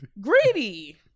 Greedy